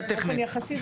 הן שאלות חשובות לא פחות.